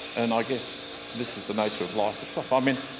and i guess this is the nature of life itself. i mean,